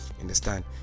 understand